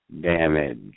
damage